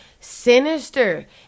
sinister